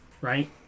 Right